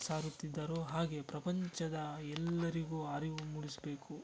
ಸಾರುತ್ತಿದ್ದರೋ ಹಾಗೇ ಪ್ರಪಂಚದ ಎಲ್ಲರಿಗೂ ಅರಿವು ಮೂಡಿಸ್ಬೇಕು